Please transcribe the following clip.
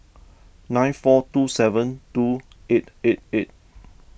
nine four two seven two eight eight eight